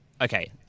Okay